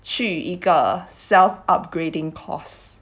去一个 self upgrading course